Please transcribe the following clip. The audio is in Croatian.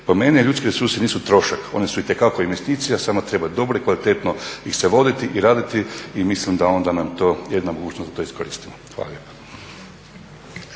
Po meni ljudski resursi nisu trošak, one su itekako investicija samo treba dobro i kvalitetno ih se voditi i raditi i mislim da onda nam to je mogućnost da to iskoristimo. Hvala lijepa.